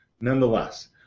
Nonetheless